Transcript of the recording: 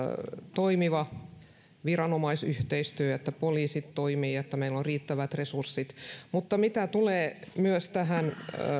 toimiva viranomaisyhteistyö että poliisit toimivat että meillä on riittävät resurssit mitä tulee myös tähän